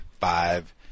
five